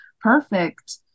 perfect